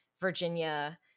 Virginia